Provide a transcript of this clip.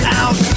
out